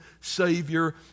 Savior